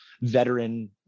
veteran